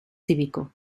cívico